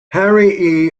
harry